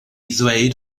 ddweud